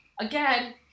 again